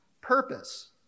purpose